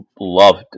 love